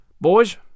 Boys